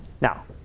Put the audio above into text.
Now